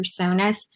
personas